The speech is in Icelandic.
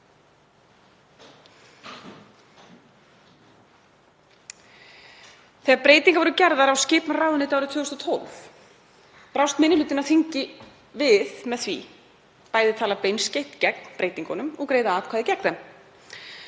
Þegar breytingar voru gerðar á skipan ráðuneyta árið 2012 brást minni hlutinn á þingi við með því að tala bæði beinskeytt gegn breytingunum og greiða atkvæði gegn þeim.